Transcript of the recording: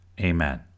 Amen